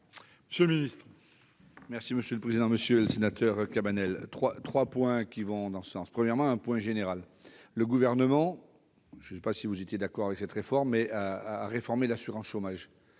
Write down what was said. monsieur le ministre,